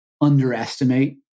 underestimate